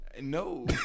No